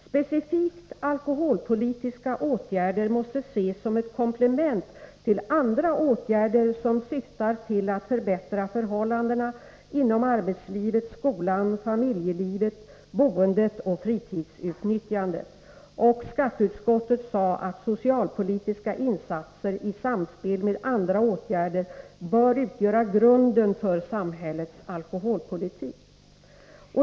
Specifikt alkoholpolitiska åtgärder måste ses som ett komplement till andra åtgärder som syftar till att förbättra förhållandena inom arbetslivet, skolan, familjelivet, boendet och fritidsutnyttjandet.” Skatteutskottet skrev att socialpolitiska insatser i samspel med andra åtgärder bör utgöra grunden för samhällets alkoholpolitik.